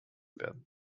werden